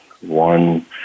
one